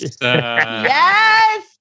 Yes